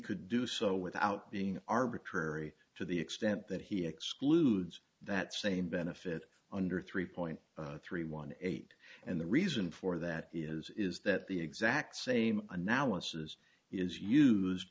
could do so without being arbitrary to the extent that he excludes that same benefit under three point three one eight and the reason for that is is that the exact same analysis is used